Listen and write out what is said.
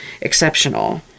exceptional